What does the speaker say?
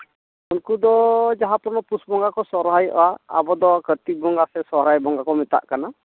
ᱩᱱᱠᱩ ᱫᱚ ᱡᱟᱦᱟᱸ ᱛᱤᱱᱟᱹᱜ ᱯᱩᱥ ᱵᱚᱸᱜᱟ ᱠᱚ ᱥᱚᱨᱦᱟᱭᱚᱜᱼᱟᱵᱚ ᱫᱚ ᱠᱟᱨᱛᱤᱠ ᱵᱚᱸᱜᱟ ᱥᱮ ᱥᱚᱨᱦᱟᱭ ᱵᱚᱸᱜᱟ ᱠᱚ ᱢᱮᱛᱟᱜ ᱠᱟᱱᱟ